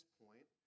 point